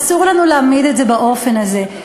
אסור לנו להעמיד את זה באופן הזה.